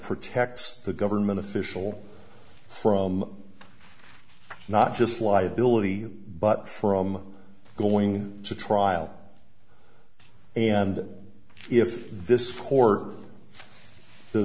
protects the government official from not just liability but from going to trial and if this